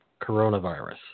Coronavirus